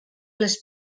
les